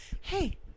hey